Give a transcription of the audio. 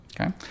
okay